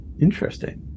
interesting